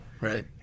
Right